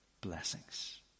blessings